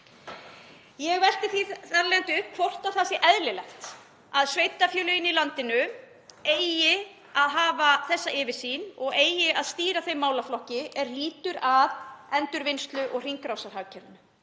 Ég velti því þar af leiðandi upp hvort það sé eðlilegt að sveitarfélögin í landinu eigi að hafa þessa yfirsýn og eigi að stýra þeim málaflokki er lýtur að endurvinnslu og hringrásarhagkerfinu